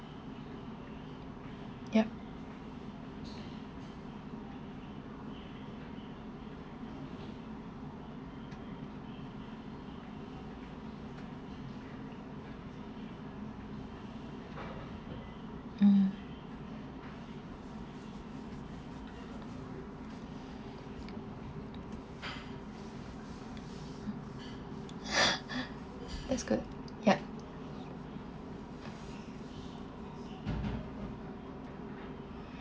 yup mm that's good yup